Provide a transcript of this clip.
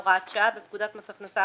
הוראת שעה 2. בפקודת מס הכנסה,